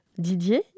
Didier